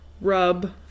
rub